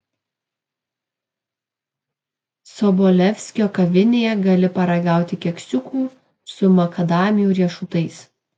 sobolevskio kavinėje gali paragauti keksiukų su makadamijų riešutais